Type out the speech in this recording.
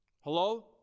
hello